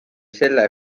selle